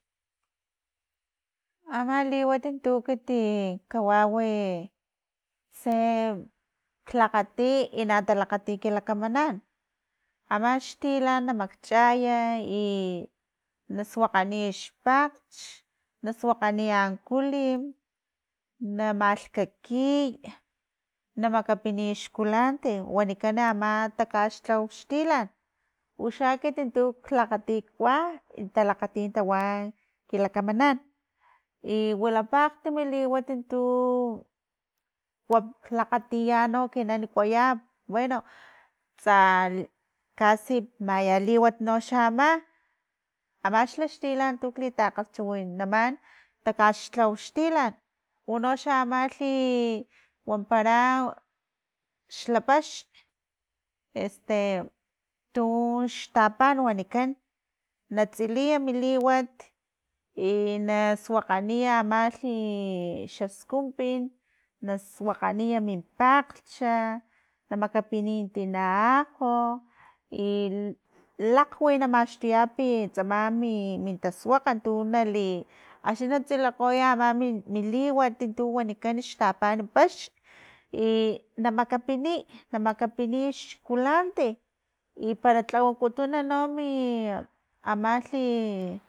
Ama liwat tu ekiti, kawawi i tse klakgati i na talakgati ki lakamanan ama xtilan na makchay i na suakganiy xpakglhch na suakganiy ankilim na malhkakiy na makapiniy xkulanti wanikan ama takaxlhaw xtilan uxa ekiti tuk lakgati kua i talakgati tawa ki lakamanan, i wilapa akgtimi liwat tu lakgatiya no ekinan waya bueno, tsa kasi maya liwat noxa ama amax laxtilan tuk litagalhchiwinaman takaxlhaw xtilan unoxa amalhi wampara xlapaxn "este"; tux tapan wanikan na tsiliya mi liwat, i na suakganiya amlhi i xaskun pin na suakganiy min palglhch, na makapiniy tina ajo, i lakgwi na maxtuyapi tsama mi- min tasuakga tu nali, axni na tsilikgoya ama mi liwat tu wanikan xtapan paxn i na makapiniy, na makapiniy xkulante i para tlawakutun no mi amalhi.